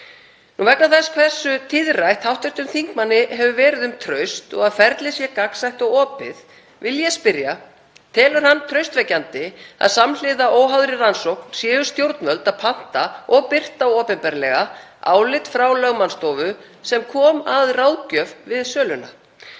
Vegna þess hversu tíðrætt hv. þingmanni hefur verið um traust og að ferlið sé gagnsætt og opið vil ég spyrja í fyrsta lagi: Telur hann traustvekjandi að samhliða óháðri rannsókn séu stjórnvöld að panta og birta opinberlega álit frá lögmannsstofu sem kom að ráðgjöf við söluna?